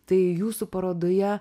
tai jūsų parodoje